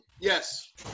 Yes